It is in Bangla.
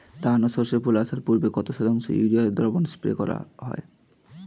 ধান ও সর্ষে ফুল আসার পূর্বে কত শতাংশ ইউরিয়া দ্রবণ স্প্রে করা হয়?